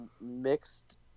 mixed